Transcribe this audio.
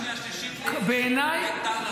מתי שנייה שלישית, לטענתך?